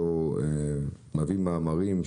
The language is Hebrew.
אותו מביא מאמרים,